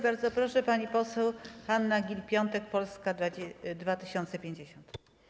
Bardzo proszę, pani poseł Hanna Gill-Piątek, Polska 2050.